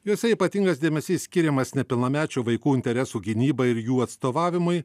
juose ypatingas dėmesys skiriamas nepilnamečių vaikų interesų gynybai ir jų atstovavimui